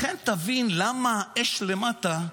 לכן תבין למה האש למטה.